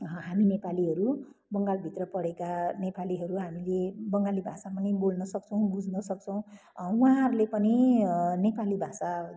हामी नेपालीहरू बङ्गालभित्र परेका नेपालीहरू हामीले बङ्गाली भाषा पनि बोल्नसक्छौँ बुझ्नसक्छौँ उहाँहरूले पनि नेपाली भाषा